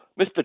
Mr